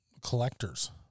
collectors